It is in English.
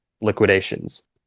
liquidations